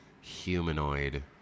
humanoid